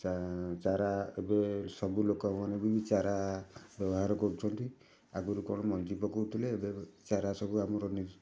ଚାରା ଏବେ ସବୁ ଲୋକମାନେ ବି ଚାରା ବ୍ୟବହାର କରୁଛନ୍ତି ଆଗରୁ କ'ଣ ମଞ୍ଜି ପକାଉଥିଲେ ଏବେ ଚାରା ସବୁ ଆମର